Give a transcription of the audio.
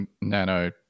nano